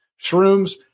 Shrooms